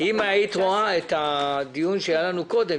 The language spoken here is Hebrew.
התש"ף 2019. אם היית רואה את הדיון שהיה לנו קודם,